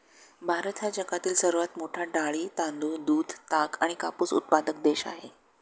भारत हा जगातील सर्वात मोठा डाळी, तांदूळ, दूध, ताग आणि कापूस उत्पादक देश आहे